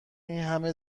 اینهمه